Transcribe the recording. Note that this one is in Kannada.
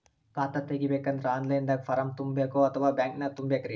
ಖಾತಾ ತೆಗಿಬೇಕಂದ್ರ ಆನ್ ಲೈನ್ ದಾಗ ಫಾರಂ ತುಂಬೇಕೊ ಅಥವಾ ಬ್ಯಾಂಕನ್ಯಾಗ ತುಂಬ ಬೇಕ್ರಿ?